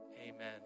Amen